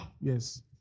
Yes